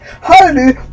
hallelujah